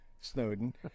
Snowden